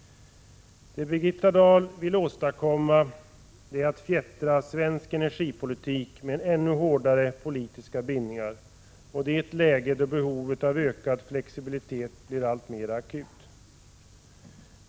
Det Birgitta Dahl vill är att fjättra svensk energipolitik med ännu hårdare politiska bindningar och det i ett läge då behovet av ökad flexibilitet blir alltmera akut.